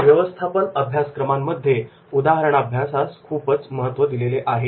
व्यवस्थापन अभ्यासक्रमांमध्ये उदाहरणाभ्यासास खूपच महत्त्व दिले जाते